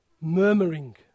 murmuring